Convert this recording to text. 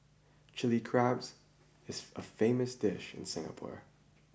Chilli Crab is a famous dish in Singapore